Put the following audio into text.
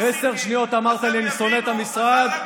הרי אנחנו פרסמנו את המכרז,